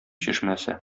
чишмәсе